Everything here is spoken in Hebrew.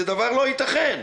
זה דבר לא ייתכן.